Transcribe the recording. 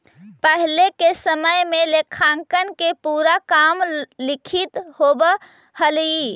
पहिले के समय में लेखांकन के पूरा काम लिखित होवऽ हलइ